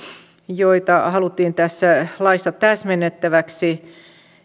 joita haluttiin tässä laissa täsmennettäväksi